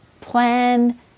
plan